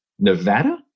Nevada